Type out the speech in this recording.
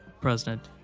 president